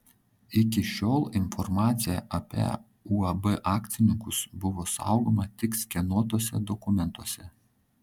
iki šiol informacija apie uab akcininkus buvo saugoma tik skenuotuose dokumentuose